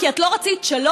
כי את לא רצית שלום?